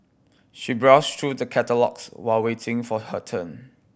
she browsed through the catalogues while waiting for her turn